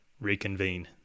reconvene